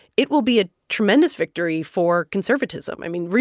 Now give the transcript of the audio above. it will be a tremendous victory for conservatism. i mean,